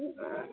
ma'am